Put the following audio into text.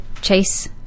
chase